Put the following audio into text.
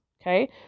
okay